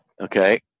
Okay